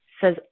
says